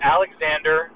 Alexander